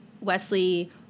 Wesley